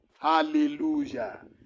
Hallelujah